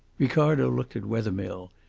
ricardo looked at wethermill,